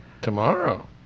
Tomorrow